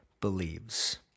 believes